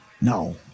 No